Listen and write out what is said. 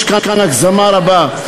יש כאן הגזמה רבה.